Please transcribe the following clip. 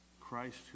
Christ